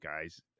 guys